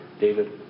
David